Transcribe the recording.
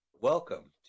welcome